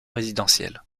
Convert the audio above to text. résidentielle